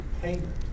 payment